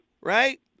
Right